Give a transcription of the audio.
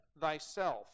thyself